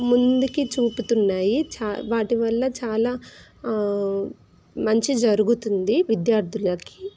ముందుకి చూపుతున్నాయి చ వాటి వల్ల చాలా మంచి జరుగుతుంది విద్యార్థులకి